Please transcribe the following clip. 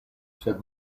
sed